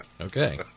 Okay